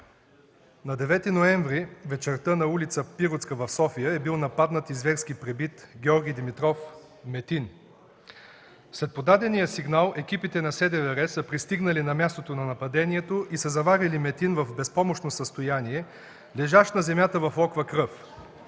на 9-и ноември вечерта на улица „Пиротска“ в София е бил нападнат и зверски пребит Георги Димитров-Метин. След подадения сигнал екипите на СДВР са пристигнали на мястото на нападението и са заварили Метин в безпомощно състояние, лежащ на земята в локва кръв.